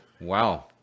Wow